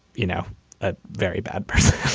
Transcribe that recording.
you know, a very bad person,